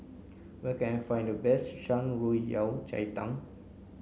where can I find the best Shan Rui Yao Cai Tang